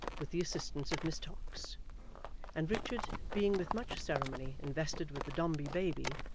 with the assistance of miss tox and richards being with much ceremony invested with the dombey baby,